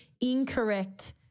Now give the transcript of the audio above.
incorrect